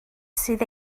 sydd